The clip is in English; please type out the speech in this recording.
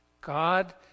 God